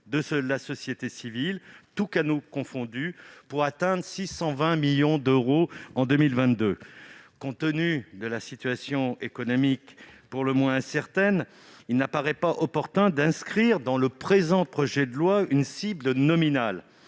de la société civile, tous canaux confondus, pour atteindre 620 millions d'euros en 2022. Compte tenu de la situation économique pour le moins incertaine, il ne paraît pas opportun d'inscrire dans ce projet de loi une cible nominale.